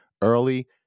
early